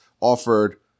offered